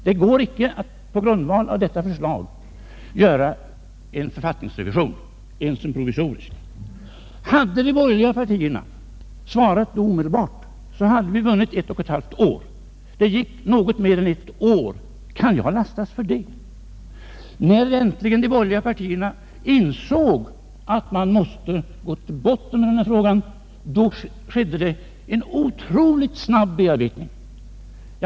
Det går inte att på grundval av detta förslag göra en författningsrevision, inte ens en provisorisk sådan.” Om de borgerliga partierna då hade svarat genast, så hade vi vunnit ett och ett halvt år. Nu gick det något mer än ett år innan svaret kom. Kan jag lastas för det? När de borgerliga partierna äntligen insåg att man mäste gå till botten med denna fråga, arbetades det otroligt snabbt.